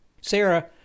Sarah